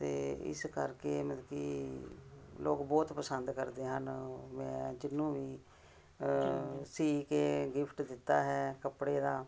ਅਤੇ ਇਸ ਕਰਕੇ ਮਤਲਬ ਕਿ ਲੋਕ ਬਹੁਤ ਪਸੰਦ ਕਰਦੇ ਹਨ ਮੈਂ ਜਿਹਨੂੰ ਵੀ ਸੀਅ ਕਿ ਗਿਫਟ ਦਿੱਤਾ ਹੈ ਕੱਪੜੇ ਦਾ